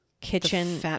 Kitchen